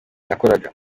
nakoraga